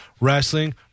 wrestling